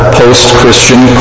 post-Christian